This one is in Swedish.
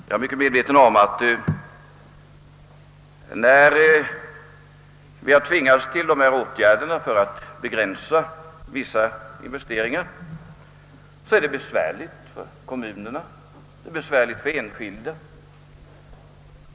Jag är mycket väl medveten om att när vi har tvingats till dessa åtgärder för att begränsa vissa investeringar har det blivit besvärligt för kommunerna och besvärligt för enskilda.